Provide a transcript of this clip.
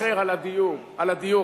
על נושא אחר, על הדיור.